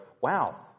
wow